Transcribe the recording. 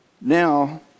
now